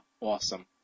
awesome